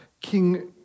King